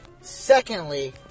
Secondly